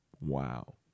Wow